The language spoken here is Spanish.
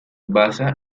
basa